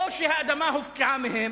או שהאדמה הופקעה מהם